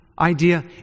idea